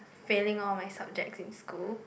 failing all my subjects in school